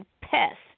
pests